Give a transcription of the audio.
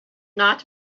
not